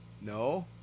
no